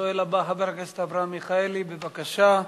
השואל הבא, חבר הכנסת אברהם מיכאלי, בבקשה.